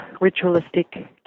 ritualistic